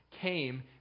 came